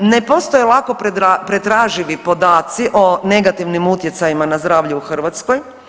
Ne postoje lako pretraživi podaci o negativnim utjecajima na zdravlje u Hrvatskoj.